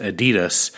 Adidas